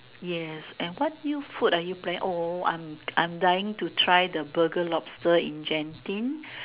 yes and what new food are you planning oh I am I am dying to try the Burger lobster in Genting